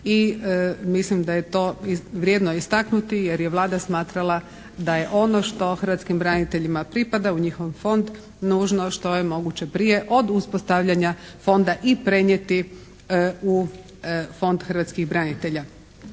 i mislim da je to vrijedno istaknuti jer je Vlada smatrala da je ono što hrvatskim braniteljima pripada u njihov Fond nužno što je moguće prije od uspostavljanja Fonda i prenijeti u Fond hrvatskih branitelja.